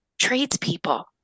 tradespeople